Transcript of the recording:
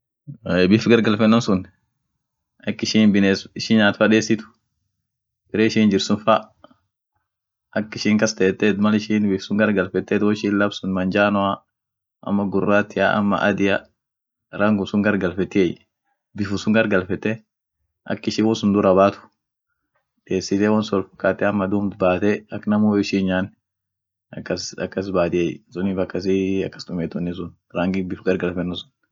ahey biff gargarfelnon sun ak ishin biness ishi nyaata fa desit, bere ishin jirt sun fa ak ishin kastete mal ishin biff sun gargalfeteet woishin laf sun manjanoa ama guratia ama adia rangum sun gargalfetiey bifum sun gargafete ak ishin won sun dura baat, deesite wonsun olfkate ama duum baate ak namu woishi hin' nyaan akas akas baatiey sunif akasii akas tumiet wonni sun rangi biff gargalfeno sun.